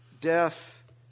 death